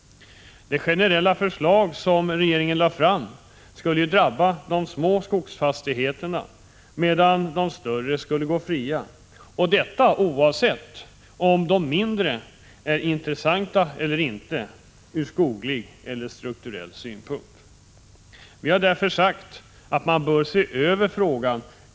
Det generella förslag som regeringen lade fram skulle, om det förverkligades, drabba de små skogsfastigheterna medan de större skulle gå fria — detta oavsett om de mindre skogsfastigheterna är intressanta eller inte ur skoglig eller strukturell synpunkt. Vi har därför sagt att man bör se över frågan.